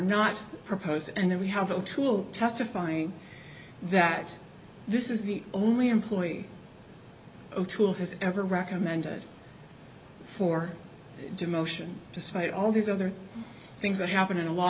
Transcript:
not proposed and then we have a tool testifying that this is the only employee o'toole has ever recommended for demotion despite all these other things that happened in a law